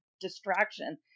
distraction